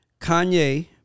Kanye